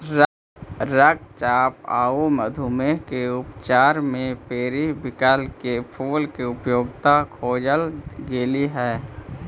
रक्तचाप आउ मधुमेह के उपचार में पेरीविंकल के फूल के उपयोगिता खोजल गेली हे